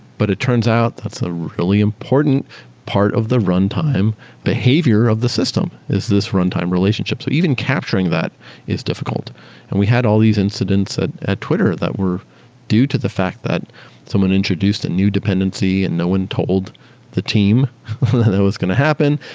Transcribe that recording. but it turns out that's a really important part of the runtime behavior of the system, is this runtime relationship. so even capturing that is diffi and we had all these incidents at at twitter that were due to the fact that someone introduced a new dependency and no one told the team that was going to happen,